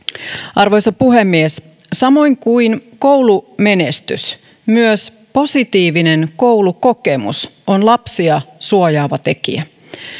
arvoisa puhemies samoin kuin koulumenestys myös positiivinen koulukokemus on lapsia suojaava tekijä